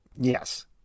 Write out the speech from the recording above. Yes